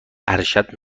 ارشد